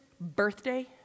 birthday